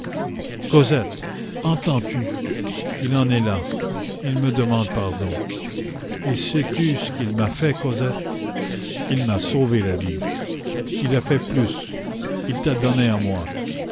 cosette entends-tu il en est là il me demande pardon et sais-tu ce qu'il m'a fait cosette il m'a sauvé la vie il a fait plus il t'a donnée à moi